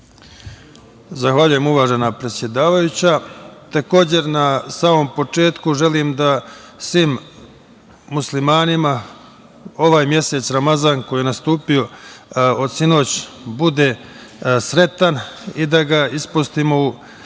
Zahvaljujem, uvažena predsedavajuća. Takođe, na samom početku želim da svim muslimanima ovaj mesec Ramazan, koji je nastupio od sinoć, bude sretan i da ga ispostimo u